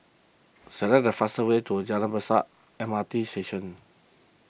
select the fastest way to Jalan Besar M R T Station